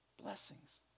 blessings